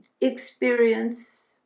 experience